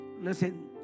listen